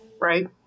Right